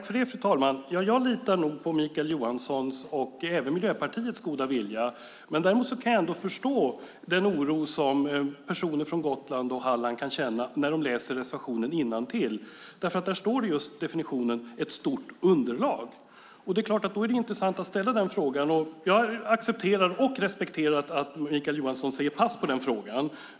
Fru talman! Jag litar nog på Mikael Johanssons och även Miljöpartiets goda vilja. Ändå kan jag förstå den oro som personer från Gotland och Halland kan känna när de läser reservationen innantill. Där står definitionen ett stort underlag. Då är det intressant att ställa den frågan. Jag accepterar och respekterar att Mikael Johansson säger pass på den frågan.